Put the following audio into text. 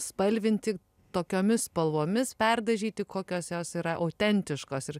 spalvinti tokiomis spalvomis perdažyti kokios jos yra autentiškos ir